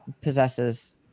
possesses